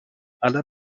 aller